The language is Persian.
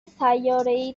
سیارهای